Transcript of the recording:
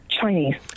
Chinese